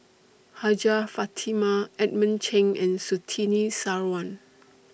Hajjah Fatimah Edmund Cheng and Surtini Sarwan